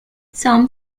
some